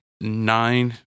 Nine